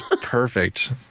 perfect